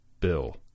Bill